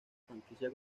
franquicia